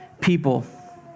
people